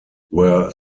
where